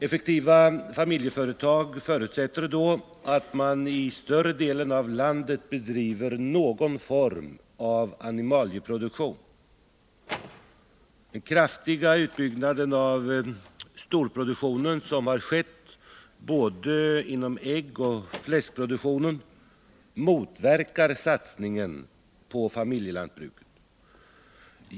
Effektiva familjeföretag förutsätter då att man i större delen av landet bedriver någon form av animalieproduktion. Den kraftiga utbyggnaden av den storproduktion som har skett både inom äggoch fläskproduktionen motverkar satsningen på familjelantbruk.